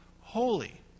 holy